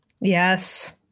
Yes